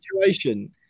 situation